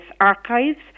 archives